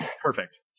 Perfect